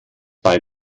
bei